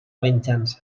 venjança